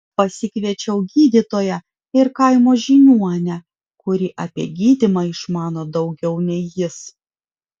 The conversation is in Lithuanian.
pasikviečiau gydytoją ir kaimo žiniuonę kuri apie gydymą išmano daugiau nei jis